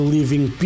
Living